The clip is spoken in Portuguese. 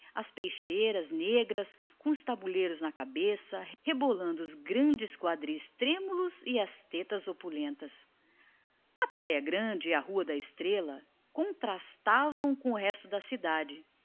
as peixeiras quase todas negras muito gordas o tabuleiro na cabeça rebolando os grossos quadris trêmulos e as tetas opulentas a praia grande e a rua da estrela contrastavam todavia com o resto da cidade